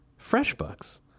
FreshBooks